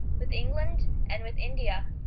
with england, and with india.